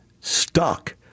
stuck